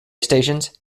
stations